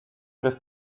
des